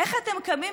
איך אתם קמים?